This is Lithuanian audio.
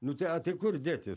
nu tai a tai kur dėtis